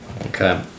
Okay